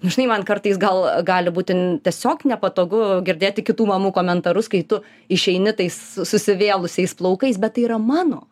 nu žinai man kartais gal gali būti n tiesiog nepatogu girdėti kitų mamų komentarus kai tu išeini tais susivėlusiais plaukais bet tai yra mano